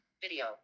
video